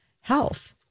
health